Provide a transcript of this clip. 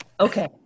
Okay